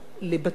לבתים,